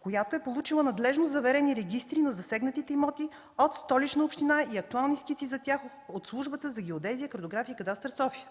която е получила надлежно заверени регистри на засегнатите имоти от Столична община и актуални скици за тях от Службата за геодезия, картография и кадастър – София.